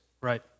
Right